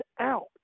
out